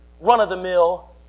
run-of-the-mill